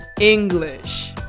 English